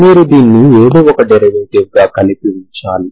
మీరు దీన్ని ఏదో ఒక డెరివేటివ్ గా కలిపి ఉంచాలి